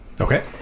Okay